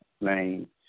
name